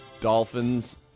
Dolphins